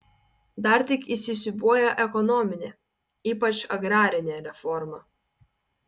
dar tik įsisiūbuoja ekonominė ypač agrarinė reforma